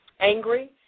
angry